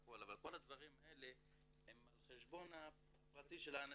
אבל כל הדברים האלה הם על החשבון הפרטי של האנשים.